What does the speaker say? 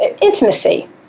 intimacy